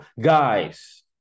Guys